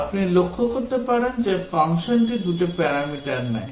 আপনি লক্ষ্য করতে পারেন যে ফাংশনটি দুটি প্যারামিটার নেয়